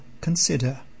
consider